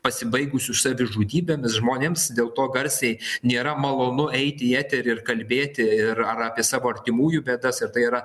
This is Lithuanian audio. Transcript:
pasibaigusių savižudybėmis žmonėms dėl to garsiai nėra malonu eiti į eterį ir kalbėti ir ar apie savo artimųjų bėdas ir tai yra